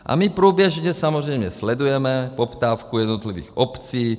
A my průběžně samozřejmě sledujeme poptávku jednotlivých obcí.